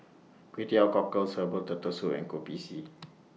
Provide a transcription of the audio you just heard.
Kway Teow Cockles Herbal Turtle Soup and Kopi C